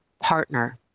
partner